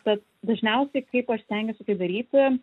tad dažniausiai kaip aš stengiuosi tai daryti